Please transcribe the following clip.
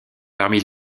parmi